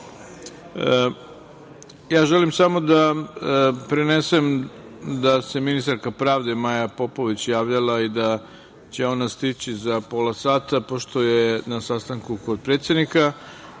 korupcije. Samo da prenesem da se ministarka pravde Maja Popović javila i da će ona stići za pola sata, pošto je na sastanku kod predsednika. Želim